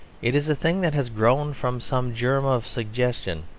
it is a thing that has grown from some germ of suggestion,